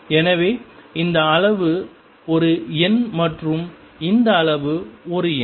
எனவே இந்த அளவு ஒரு எண் மற்றும் இந்த அளவு ஒரு எண்